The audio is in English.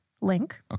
link